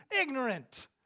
ignorant